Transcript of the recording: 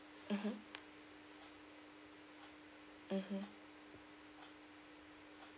mmhmm mmhmm